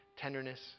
tenderness